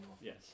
Yes